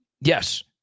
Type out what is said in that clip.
yes